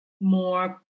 more